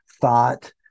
thought